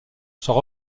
soit